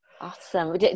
Awesome